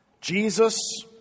Jesus